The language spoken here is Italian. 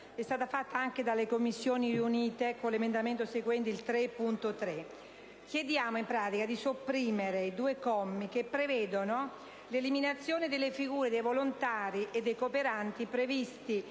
stata avanzata anche dalle Commissioni riunite con l'emendamento 3.3. Chiediamo di sopprimere i due commi che prevedono l'eliminazione delle figure dei volontari e dei cooperanti previsti